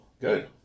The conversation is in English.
good